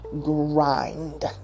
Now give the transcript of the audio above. grind